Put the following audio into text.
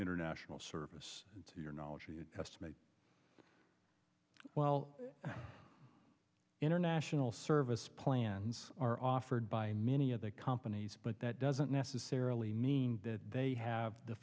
international service to your knowledge are you estimate well international service plans are offered by many of the companies but that doesn't necessarily mean that they have the